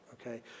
okay